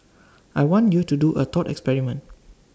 I want you to do A thought experiment